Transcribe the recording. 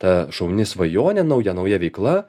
ta šauni svajonė nauja nauja veikla